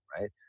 Right